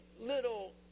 little